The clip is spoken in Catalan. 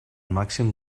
màxim